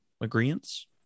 Agreements